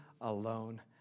alone